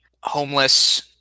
homeless